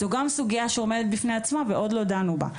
זו גם סוגיה שעומדת בפני עצמה ועוד לא דנו בה.